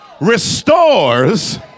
restores